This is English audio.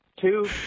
two